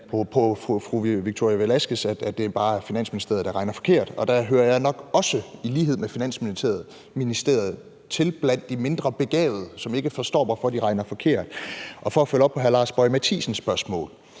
på fru Victoria Velasquez, at det bare er Finansministeriet, der regner forkert, og der hører jeg nok også – i lighed med Finansministeriet – til blandt de mindre begavede, som ikke forstår, hvorfor de regner forkert. For at følge op på hr. Lars Boje Mathiesens spørgsmål